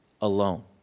alone